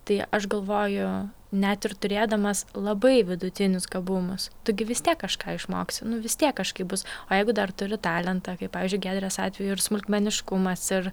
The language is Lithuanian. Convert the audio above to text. tai aš galvoju net ir turėdamas labai vidutinius gabumus tu gi vis tiek kažką išmoksi nu vis tiek kažkaip bus o jeigu dar turi talentą kaip pavyzdžiui giedres atveju ir smulkmeniškumas ir